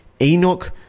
Enoch